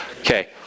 Okay